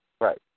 Right